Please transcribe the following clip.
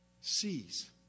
sees